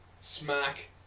Smack